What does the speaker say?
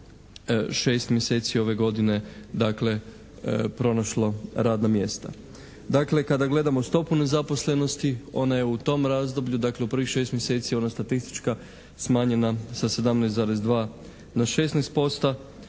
šest mjeseci ove godine, dakle pronašlo radna mjesta. Dakle, kada gledamo stopu nezaposlenosti ona je u tom razdoblju, dakle u prvih šest mjeseci ona statistička smanjena sa 17,2 na 16%